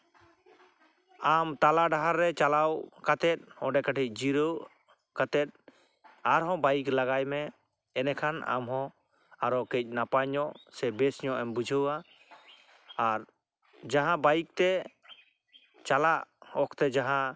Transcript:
ᱟᱢ ᱛᱟᱞᱟ ᱰᱟᱦᱟᱨ ᱨᱮ ᱪᱟᱞᱟᱣ ᱠᱟᱛᱮᱫ ᱚᱸᱰᱮ ᱠᱟᱹᱴᱤᱡ ᱡᱤᱨᱟᱹᱣ ᱠᱟᱛᱮ ᱟᱨᱦᱚᱸ ᱵᱟᱭᱤᱠ ᱞᱟᱜᱟᱭ ᱢᱮ ᱮᱱᱮᱠᱷᱟᱱ ᱟᱢᱦᱚᱸ ᱟᱨᱚ ᱠᱟᱺᱪ ᱱᱟᱯᱟᱭ ᱧᱚᱜ ᱥᱮ ᱵᱮᱥ ᱧᱚᱜ ᱮᱢ ᱵᱩᱡᱷᱟᱹᱣᱟ ᱟᱨ ᱡᱟᱦᱟᱸ ᱵᱟᱭᱤᱠᱛᱮ ᱪᱟᱞᱟᱜ ᱚᱠᱛᱮ ᱡᱟᱦᱟᱸ